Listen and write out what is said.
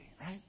right